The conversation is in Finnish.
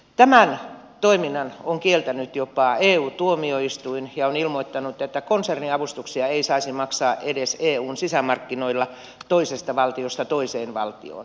tämän toiminnan on kieltänyt jopa eu tuomioistuin ja ilmoittanut että konserniavustuksia ei saisi maksaa edes eun sisämarkkinoilla toisesta valtiosta toiseen valtioon